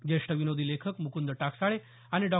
ज्येष्ठ विनोदी लेखक मुकुंद टाकसाळे आणि डॉ